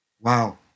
Wow